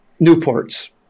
Newports